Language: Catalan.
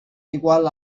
igual